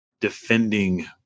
defending